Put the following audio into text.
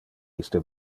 iste